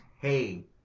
Hey